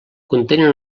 contenen